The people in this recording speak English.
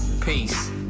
Peace